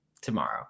tomorrow